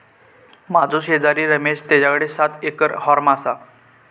माझो शेजारी रमेश तेच्याकडे सात एकर हॉर्म हा